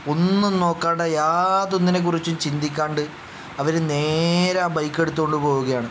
ഒന്നും നോക്കാതെ യാതൊന്നിനെക്കുറിച്ചും ചിന്തിക്കാതെ അവർ നേരെ ആ ബൈക്ക് എടുത്ത് കൊണ്ട് പോവുകയാണ്